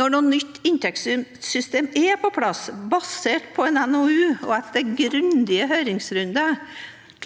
Når nå nytt inntektssystem er på plass, basert på en NOU og etter grundige høringsrunder,